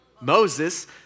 Moses